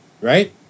right